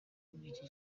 n’iki